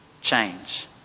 change